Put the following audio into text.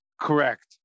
Correct